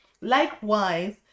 Likewise